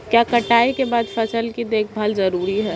क्या कटाई के बाद फसल की देखभाल जरूरी है?